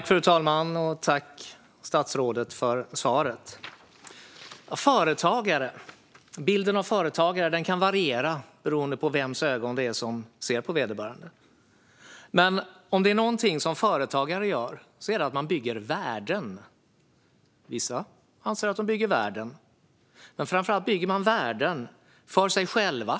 Fru talman! Tack, statsrådet, för svaret! Bilden av företagare kan variera beroende på vems ögon man ser med. Men om det är något som företagare gör är det att de bygger värden. Vissa anser att de bygger världen, men framför allt bygger de värden för sig själva.